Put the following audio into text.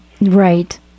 Right